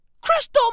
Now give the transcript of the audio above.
Crystal